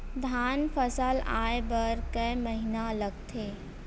धान फसल आय बर कय महिना लगथे?